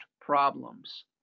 problems